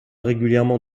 régulièrement